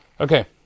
Okay